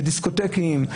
לדיסקוטקים,